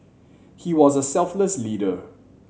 he was a selfless leader